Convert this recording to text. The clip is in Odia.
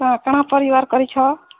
ହଁ କାଣା ପରିବାର କରିଛ